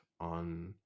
on